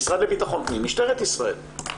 המשרד לביטחון הפנים ומשטרת ישראל.